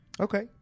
Okay